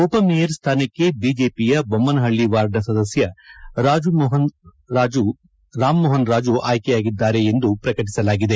ಉಪಮೇಯರ್ ಸ್ಥಾನಕ್ಕೆ ಬಿಜೆಪಿಯ ಬೊಮ್ಮನಹಳ್ಳಿ ವಾರ್ಡ್ನ ಸದಸ್ಯ ರಾಮಮೋಹನ್ ರಾಜು ಆಯ್ಕೆಯಾಗಿದ್ದಾರೆ ಎಂದು ಪ್ರಕಟಿಸಲಾಗಿದೆ